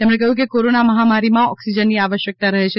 તેમણે કહ્યું કે કોરોના મહામારીમાં ઓક્સિજનની આવશ્યકતા રહે છે